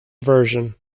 version